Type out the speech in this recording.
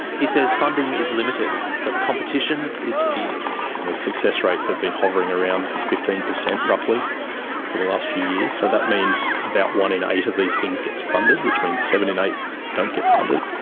he says funding is limited, so the competition is fierce. the success rates have been hovering around fifteen percent roughly for the last few years. so that means about one in eight of these things gets funded, which means seven in eight don't get funded.